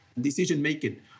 decision-making